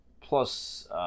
Plus